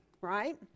right